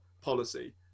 policy